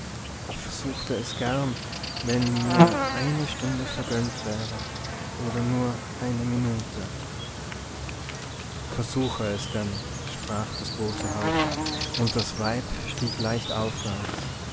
ich versuchte es gern wenn mir eine stunde vergönnt wäre oder nur eine minute versuche es denn sprach das große haupt und das weib stieg leicht aufwärts